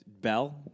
Bell